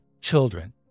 children